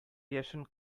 яшен